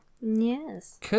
Yes